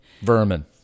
Vermin